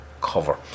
cover